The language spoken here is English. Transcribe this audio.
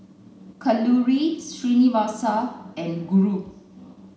Kalluri Srinivasa and Guru